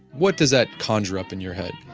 what does that conjure up in your head?